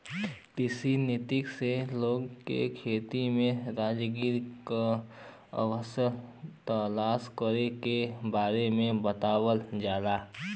कृषि नीति से लोग के खेती में रोजगार के अवसर तलाश करे के बारे में बतावल जाला